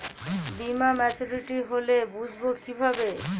বীমা মাচুরিটি হলে বুঝবো কিভাবে?